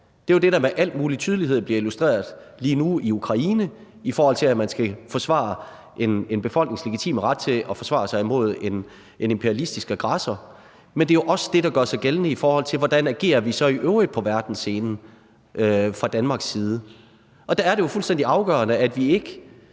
Det er jo det, der med al mulig tydelighed bliver illustreret lige nu i Ukraine, i forhold til at man skal forsvare en befolknings legitime ret til at forsvare sig mod en imperialistisk aggressor. Men det er jo også det, der gør sig gældende, i forhold til hvordan vi så i øvrigt agerer på verdensscenen fra Danmarks side. Og der er det jo fuldstændig afgørende, hvilket